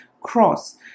cross